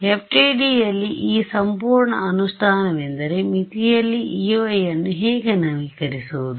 ಆದ್ದರಿಂದ FDTDಯಲ್ಲಿ ಈ ಸಂಪೂರ್ಣ ಅನುಷ್ಠಾನವೆಂದರೆ ಮಿತಿಯಲ್ಲಿ E y ಅನ್ನು ಹೇಗೆ ನವೀಕರಿಸುವುದು